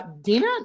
Dina